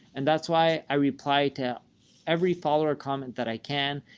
and that's why i reply to every follower comment that i can.